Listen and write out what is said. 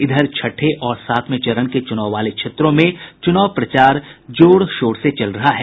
इधर छठे और सातवें चरण के चूनाव वाले क्षेत्रों में चूनाव प्रचार जोर शोर से चल रहा है